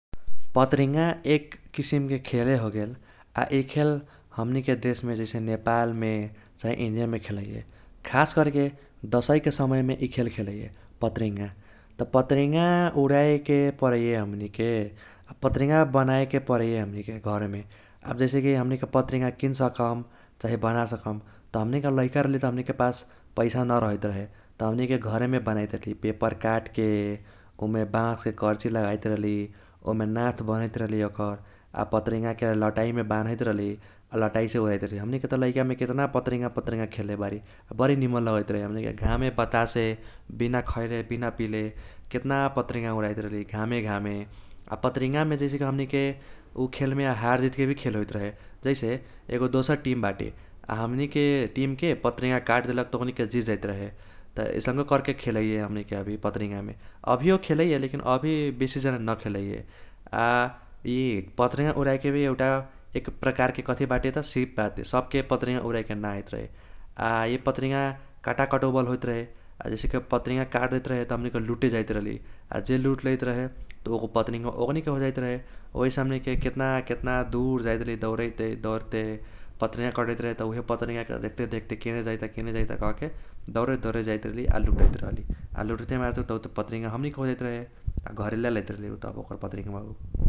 पत्रिंगा एक किसिमके खेले होगेल । आ इ खेल हमनीके देशमे जैसे नेपालमे चाही इंडियामे खेलैये। खास कर्के दशैंके समयमे इ खेल खेलैये पत्रिंगा, त पत्रिंगा उड़ाएके परैये हमनीके, आ पत्रिंगा बनाएके परैये हमनीके घरमे । आब जैसे कि हमनीके पत्रिंगा किन सकम चाही बाना सकम त हमनीके लैका रहली त हमनीके पास पैसा न रहैत रहे, त हमनीके घरेमे बनाइत रहली पेपर काटके उमे बांसके कर्ची लागाइत रहली उमे नाथ बन्हैत रहली ओकर आ पत्रिंगाके लटाईमे बा ]न्हैत रहली आ लटाईसे उराइत रहली । हमनीके त लैकामे केतना पत्रिंगा पत्रिंगा खेल्ले बारी । आ बरी निमन लगैत रहे हमनीके, घामे बतासे बिना खैले बिना पीले केतना पत्रिंगा उराइत रहली घामे घामे । आ पत्रिंगामे जैसे कि हमनीके उ खेलमे हार जीत के भी खेल होइत रहे जैसे एगो दोसर टीम बाटे आ हमनीके टीमके पत्रिंगा काटदेलक त ओकनीके जीत जाइत रहे त ईसंको कर्के खेलैये हमनीके अभी पत्रिंगामे । अभीयो खेलैये लेकिन अभी बेसी जाना न खेलैये । आ इ पत्रिंगा उराएके भी एउटा एक प्रकारके कथी बाटे त सीप बाटे । सबके पत्रिंगा उरएके न आइत रहे । आ इ पत्रिंगा काटा कटौबल होइत रहे, आ जैसे कि पत्रिंगा काट देहत रहे त हमनीके लूटे जाइत रहली । आ जे लूट लेइत रहे त उ पत्रिंगा ओकनीके हो जाइत रहे । ओहिसे हमनीके केतना केतना दुर जाइत रहली दौर्ते दौर्ते पत्रिंगा कटैत रहे त उइहे पत्रिंगाके देख्ते देख्ते केने जाइता केने जाइता कहके दौरैत दौरैत जाइत रहली आ लुटैत रहली । आ लूट्ते मातुर उत पत्रिंगा हमनीके हो जाइत रहे, आ घरे ल्यालेइत रहली उत ओकर पत्रिंगावा उ ।